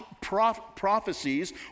prophecies